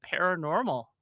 paranormal